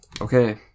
Okay